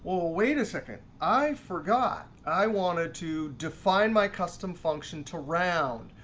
wait a second, i forgot. i wanted to define my custom function to round.